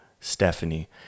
Stephanie